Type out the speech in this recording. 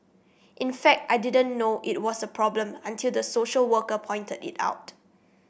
in fact I didn't know it was a problem until the social worker pointed it out